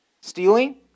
Stealing